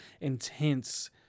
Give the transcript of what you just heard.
intense